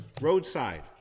roadside